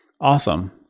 Awesome